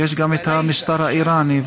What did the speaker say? ויש גם המשטר האיראני,